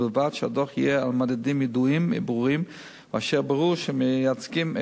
ובלבד שהדיווח יהיה על מדדים ידועים וברורים ואשר ברור שהם מייצגים את